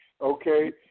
Okay